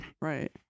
right